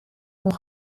kon